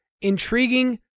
intriguing